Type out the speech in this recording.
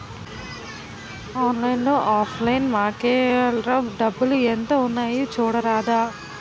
ఆన్లైన్లో offline మాకేఏల్రా డబ్బులు ఎంత ఉన్నాయి చూడరాదా